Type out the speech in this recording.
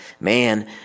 man